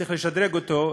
צריך לשדרג אותו,